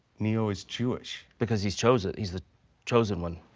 neo is jewish? because he's chosen, he's the chosen one.